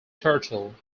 turtle